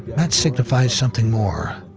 that signifies something more.